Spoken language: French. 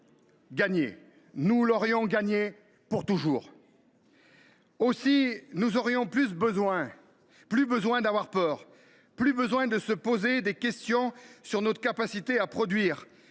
gagné », nous l’avions « gagné » pour toujours ! Nous n’aurions plus besoin d’avoir peur, plus besoin de nous poser des questions sur notre capacité à produire